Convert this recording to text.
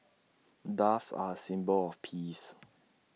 doves are A symbol of peace